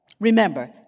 Remember